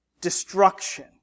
destruction